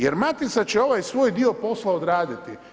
Jer Matica će ovaj svoj dio posla odraditi.